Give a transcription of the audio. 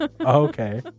Okay